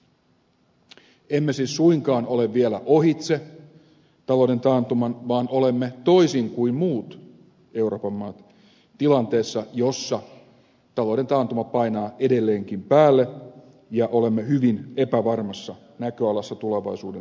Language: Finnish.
em me siis suinkaan ole vielä ohitse talouden taantuman vaan olemme toisin kuin muut euroopan maat tilanteessa jossa talouden taantuma painaa edelleenkin päälle ja olemme hyvin epävarmassa näköalassa tulevaisuuden osalta